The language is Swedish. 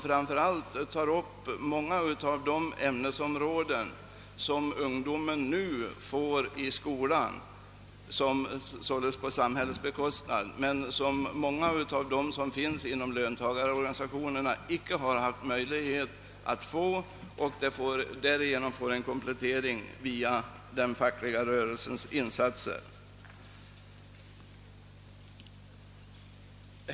Framför allt tas många av de ämnen upp som ungdomen nu studerar i skolan på samhällets bekostnad men som många inom löntagarorganisationerna inte kunnat få undervisning i. Härigenom får de således en komplettering genom den fackliga rörelsens insatser.